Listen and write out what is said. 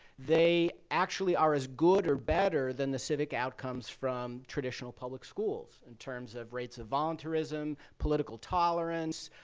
they actually are as good or better than the civic outcomes from traditional public schools in terms of rates of voluntarism, political tolerance,